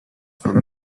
for